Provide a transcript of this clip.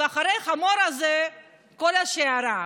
ואחרי החמור הזה כל השיירה.